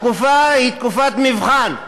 התקופה היא תקופת מבחן.